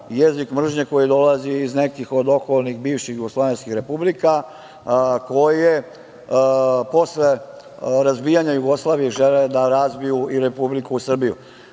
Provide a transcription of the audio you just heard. jezik mržnje koji dolazi iz nekih okolnih bivših jugoslovenskih republika koje posle razbijanja Jugoslavije žele da razbiju i Republiku Srbiju. Zamolio